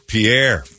Pierre